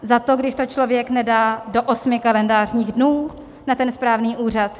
Za to, když to člověk nedá do osmi kalendářních dnů na ten správný úřad?